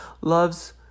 loves